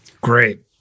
Great